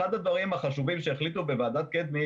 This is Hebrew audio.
אחד הדברים החשובים שהחליטו בוועדת קדמי